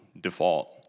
default